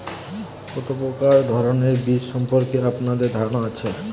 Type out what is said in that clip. কত প্রকার ধানের বীজ সম্পর্কে আপনার ধারণা আছে?